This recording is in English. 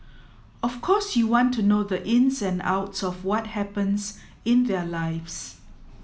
of course you want to know the ins and outs of what happens in their lives